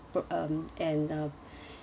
p~ um and uh